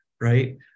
Right